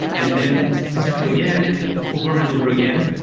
and then deploy again and over and over again.